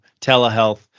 telehealth